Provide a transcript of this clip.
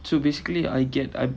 so basically I get I